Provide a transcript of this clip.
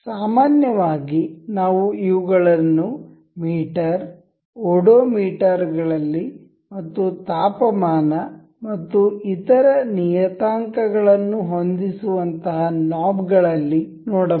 ಸಾಮಾನ್ಯವಾಗಿ ನಾವು ಇವುಗಳನ್ನು ಮೀಟರ್ ಓಡೋಮೀಟರ್ ಗಳಲ್ಲಿ ಮತ್ತು ತಾಪಮಾನ ಮತ್ತು ಇತರ ನಿಯತಾಂಕಗಳನ್ನು ಹೊಂದಿಸುವಂತಹ ನಾಬ್ ಗಳಲ್ಲಿ ನೋಡಬಹುದು